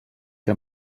que